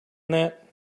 that